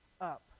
up